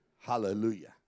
Hallelujah